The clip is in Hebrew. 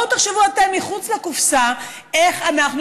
בואו תחשבו אתם מחוץ לקופסה איך אנחנו